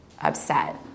upset